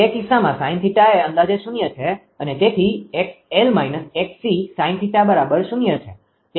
તે કિસ્સામાં sin𝜃 એ અંદાજે શૂન્ય છે અને તેથી 𝑥𝑙 − 𝑥𝑐 sin 𝜃0 છે